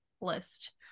list